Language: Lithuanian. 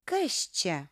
kas čia